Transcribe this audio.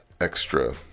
extra